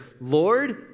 Lord